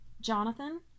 Jonathan